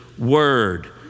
word